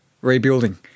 rebuilding